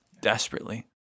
desperately